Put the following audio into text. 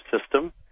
system